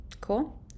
Cool